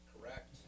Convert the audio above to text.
Correct